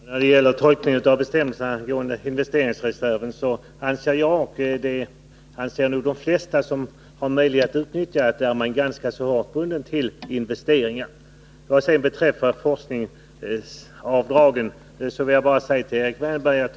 Herr talman! När det gäller tolkningen av bestämmelserna angående investeringsreserven anser jag — och det gör nog de flesta som har möjlighet att utnyttja den — att avsättningen är ganska hårt bunden till investeringar. Vad sedan beträffar forskningsavdragen vill jag till Erik Wärnberg bara säga följande.